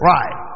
Right